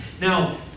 Now